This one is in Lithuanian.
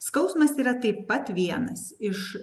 skausmas yra taip pat vienas iš